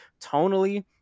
tonally